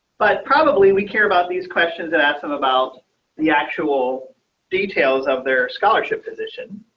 but probably we care about these questions and ask them about the actual details of their scholarship position.